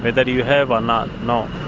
whether you have or not, no.